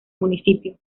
municipio